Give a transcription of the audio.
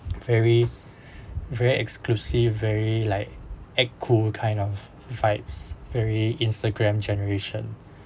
very very exclusive very like act cool kind of vibes very instagram generation